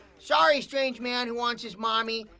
sorry, strange man who wants his mommy.